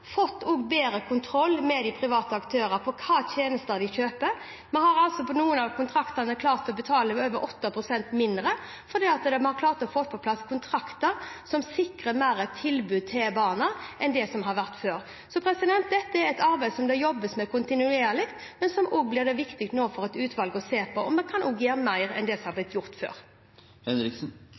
fått bedre kontroll med de private aktørene i tjenestene de kjøper. Vi har med noen av kontraktene klart å betale over 8 pst. mindre fordi vi har klart å få på plass kontrakter som sikrer flere tilbud til barna enn det som har vært før. Dette er et arbeid som det jobbes med kontinuerlig, men som det nå også blir viktig for et utvalg å se på – og vi kan også gjøre mer enn det som har blitt gjort før.